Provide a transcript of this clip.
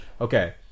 Okay